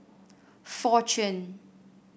fortune